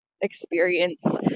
experience